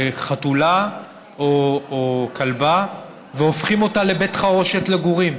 חתולה או כלבה והופכים אותה לבית חרושת לגורים,